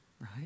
right